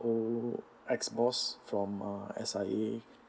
old ex boss from uh S_I_A